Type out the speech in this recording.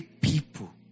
people